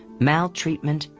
maltreatment,